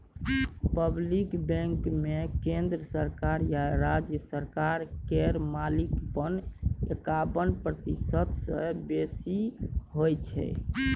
public बैंकमे केंद्र सरकार या राज्य सरकार केर मालिकपन एकाबन प्रतिशत सँ बेसी होइ छै